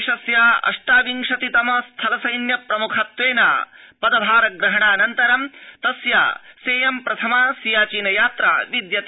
देशस्य अष्टाविंशतितम स्थलसेना प्रमुखत्वेन पदभास्ग्रहणाऽनन्तरं तस्य सेयं प्रथमा सियाचीन यात्रा विद्यते